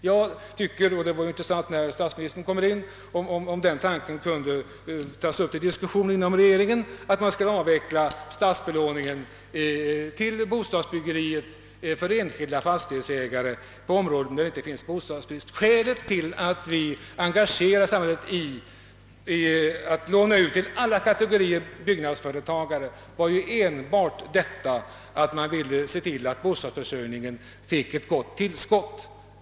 Det vore intressant — jag vill säga det när nu statsministern kommer in — om man inom regeringen kunde diskutera tanken att avveckla statsbelåningen till bostadsbyggen för enskilda fastighetsägare på områden där det inte finns bostadsbrist. Skälet till att samhället engageras för att låna ut till alla kategorier bostadsföretagare var ju enbart att man ville se till att bostadsförsörjningen fick ett gott tillskott.